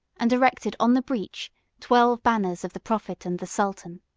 and erected on the breach twelve banners of the prophet and the sultan.